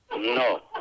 No